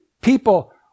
People